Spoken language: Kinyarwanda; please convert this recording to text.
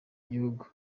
gihugu